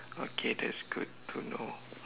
okay that's good to know